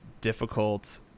difficult